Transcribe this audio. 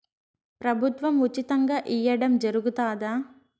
ప్రభుత్వం ఉచితంగా ఇయ్యడం జరుగుతాదా?